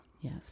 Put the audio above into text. Yes